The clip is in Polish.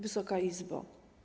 Wysoka Izbo!